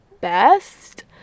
best